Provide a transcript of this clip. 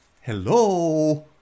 Hello